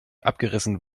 abgerissen